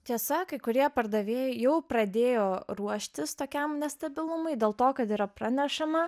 tiesa kai kurie pardavėjai jau pradėjo ruoštis tokiam nestabilumui dėl to kad yra pranešama